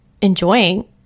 enjoying